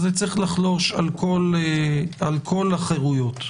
זה צריך לחלוש על כל החירויות.